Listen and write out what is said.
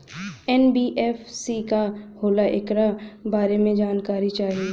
NBFC का होला ऐकरा बारे मे जानकारी चाही?